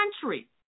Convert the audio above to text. country